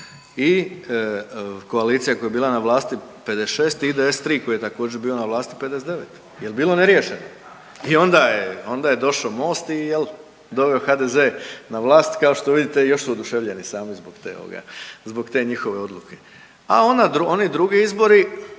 i koalicija koja je bila na vlasti 56 i IDS 3 koji je također bio na vlasti 59. Jel' bilo neriješeno? I onda je došao MOST i jel' doveo HDZ na vlast. Kao što vidite još su oduševljeni sami zbog te njihove odluke. A oni drugi izbori